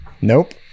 nope